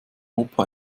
opa